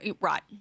Right